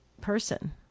person